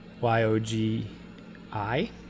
Y-O-G-I